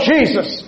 Jesus